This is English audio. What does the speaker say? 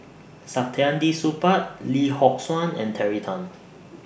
Saktiandi Supaat Lee Yock Suan and Terry Tan